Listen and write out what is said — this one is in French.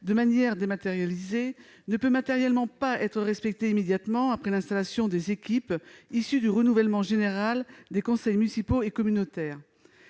communautaires ne peut matériellement pas être respectée immédiatement après l'installation des équipes issues du renouvellement général des conseils municipaux et communautaires.